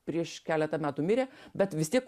prieš keletą metų mirė bet vis tiek